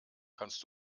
kannst